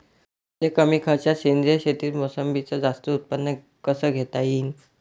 मले कमी खर्चात सेंद्रीय शेतीत मोसंबीचं जास्त उत्पन्न कस घेता येईन?